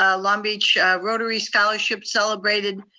ah long beach rotary scholarship celebrated